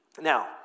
Now